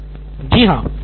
नितिन कुरियन जी हाँ